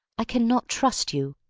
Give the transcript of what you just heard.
i cannot trust you.